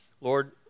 Lord